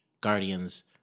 Guardians